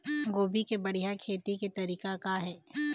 गोभी के बढ़िया खेती के तरीका का हे?